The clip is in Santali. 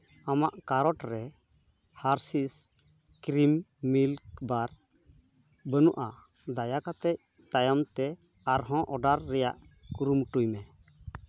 ᱟᱢᱟᱜ ᱠᱟᱨᱴ ᱨᱮ ᱦᱟᱨᱥᱤᱥ ᱠᱨᱤᱢᱤ ᱢᱤᱞᱠ ᱵᱟᱨ ᱵᱟᱹᱱᱩᱜᱼᱟ ᱫᱟᱭᱟ ᱠᱟᱛᱮᱫ ᱛᱟᱭᱚᱢ ᱛᱮ ᱟᱨ ᱦᱚᱸ ᱚᱰᱟᱨ ᱨᱮᱭᱟᱜ ᱠᱩᱨᱩᱢᱩᱴᱩᱭ ᱢᱮ